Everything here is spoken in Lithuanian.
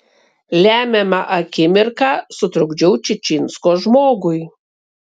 lemiamą akimirką sutrukdžiau čičinsko žmogui